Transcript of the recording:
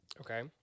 Okay